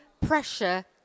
pressure